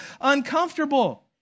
uncomfortable